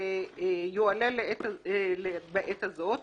ויועלה בעת הזאת,